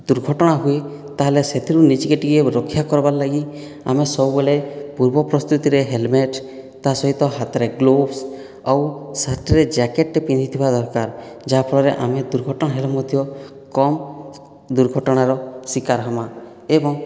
ଦୁର୍ଘଟଣା ହୁଏ ତାହେଲେ ସେଥିରୁ ନିଜକେ ଟିକେ ରକ୍ଷା କରବାର୍ ଲାଗି ଆମେ ସବୁବେଳେ ପୂର୍ବ ପ୍ରସ୍ତୁତିରେ ହେଲମେଟ ତା ସହିତ ହାତରେ ଗ୍ଳୋଭ୍ସ ଆଉ ସାର୍ଟରେ ଯାକେଟଟେ ପିନ୍ଧିଥିବା ଦରକାର ଯାହାଫଳରେ ଆମେ ଦୁର୍ଘଟଣା ହେଲେ ମଧ୍ୟ କମ ଦୁର୍ଘଟଣାର ଶିକାର ହେମା ଏବଂ